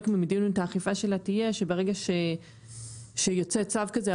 ממדיניות האכיפה שלה תהיה שברגע שיוצא צו כזה,